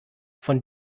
von